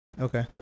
okay